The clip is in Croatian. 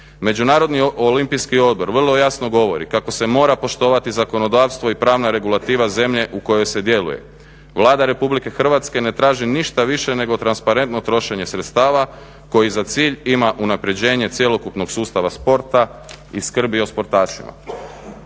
Međunarodni olimpijski odbor vrlo jasno govori kako se mora poštovati zakonodavstvo i pravna regulativa zemlje u kojoj se djeluje. Vlada Republike Hrvatske ne traži ništa više nego transparentno trošenje sredstava koji za cilj ima unaprjeđenje cjelokupnog sustava sporta i skrbi o sportašima.